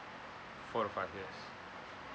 four to five years